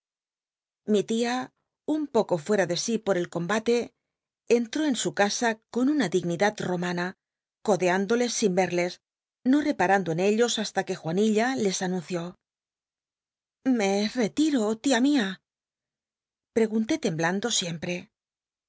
ili tia un poco fueta ele sí por el combate entró en su c asa con una dignid acl l'o nlana codc índolcs sin cl es no reparando en ellos hasta que juan illa les an unció ll c retiro tia mía pregunté temblando sicmptc